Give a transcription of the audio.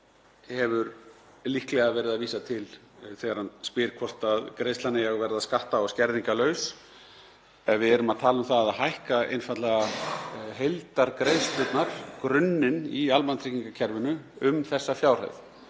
hefur líklega verið að vísa til þegar hann spyr hvort greiðslan eigi að verða skatta- og skerðingarlaus. Við erum að tala um að hækka einfaldlega heildargreiðslurnar, grunninn í almannatryggingakerfinu, um þessa fjárhæð